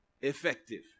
effective